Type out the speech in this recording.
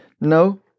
No